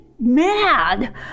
mad